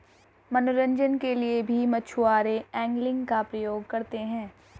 मनोरंजन के लिए भी मछुआरे एंगलिंग का प्रयोग करते हैं